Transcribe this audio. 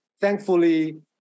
thankfully